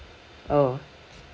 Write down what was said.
oh